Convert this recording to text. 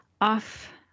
off